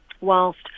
Whilst